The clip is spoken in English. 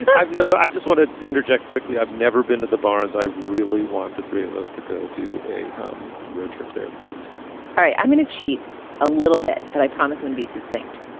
i've never. i just want to interject quickly. i've never been to the barnes. i really want the three of us to go to a um road trip there, please all right. i'm going to cheat a little bit. but i promise, man, be succinct,